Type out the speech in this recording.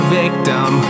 victim